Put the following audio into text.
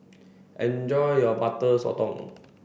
enjoy your butter sotong